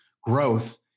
growth